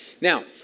Now